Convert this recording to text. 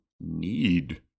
need